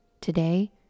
Today